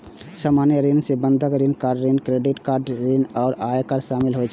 सामान्य ऋण मे बंधक ऋण, कार ऋण, क्रेडिट कार्ड ऋण आ आयकर शामिल होइ छै